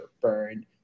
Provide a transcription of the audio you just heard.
burn